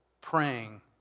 praying